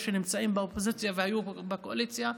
שנמצאים באופוזיציה והיו בקואליציה,